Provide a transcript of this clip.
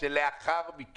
שלאחר מכן.